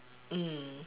mm